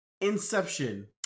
Inception